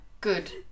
Good